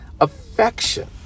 affection